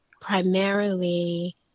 primarily